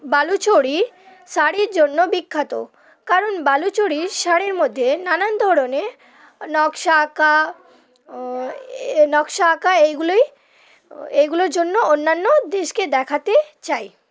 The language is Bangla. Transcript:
বালুচরী শাড়ির জন্য বিখ্যাত কারণ বালুচরী শাড়ির মধ্যে নানান ধরনের নকশা আঁকা নকশা আঁকা এইগুলোই এইগুলোর জন্য অন্যান্য দেশকে দেখাতে চাই